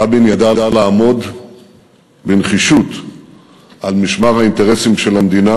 רבין ידע לעמוד בנחישות על משמר האינטרסים של המדינה,